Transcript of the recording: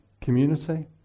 community